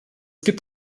gibt